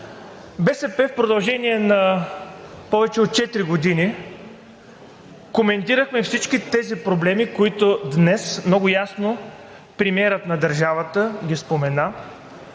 БСП в продължение на повече от четири години коментирахме всички тези проблеми, които днес много ясно премиерът на държавата спомена,